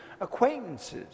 acquaintances